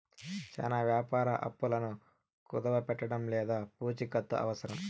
చానా వ్యాపార అప్పులను కుదవపెట్టడం లేదా పూచికత్తు అవసరం